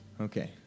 Okay